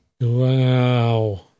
Wow